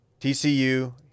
TCU